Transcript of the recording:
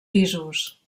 pisos